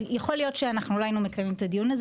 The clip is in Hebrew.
אז יכול להיות שאנחנו לא היינו מקיימים את הדיון הזה